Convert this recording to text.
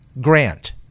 Grant